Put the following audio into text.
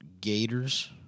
Gators